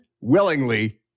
willingly